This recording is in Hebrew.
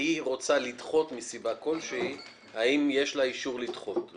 והיא רוצה לדחות מסיבה כלשהי אישור לדחות?